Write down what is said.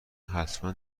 حتما